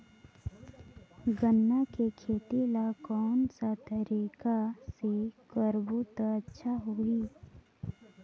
गन्ना के खेती ला कोन सा तरीका ले करबो त अच्छा होही?